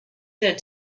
said